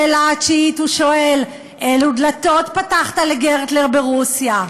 בשאלה התשיעית הוא שואל: אילו דלתות פתחת לגרטלר ברוסיה?